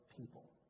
people